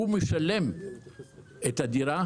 הוא משלם את הדירה